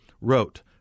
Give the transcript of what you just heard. wrote